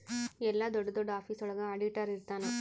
ಎಲ್ಲ ದೊಡ್ಡ ದೊಡ್ಡ ಆಫೀಸ್ ಒಳಗ ಆಡಿಟರ್ ಇರ್ತನ